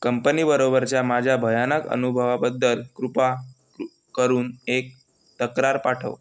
कंपनीबरोबरच्या माझ्या भयानक अनुभवाबद्दल कृपा करून एक तक्रार पाठव